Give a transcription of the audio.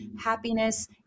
happiness